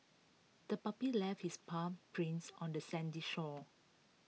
the puppy left its paw prints on the sandy shore